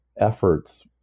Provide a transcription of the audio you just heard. efforts